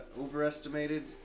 overestimated